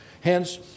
Hence